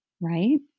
right